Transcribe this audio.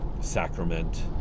sacrament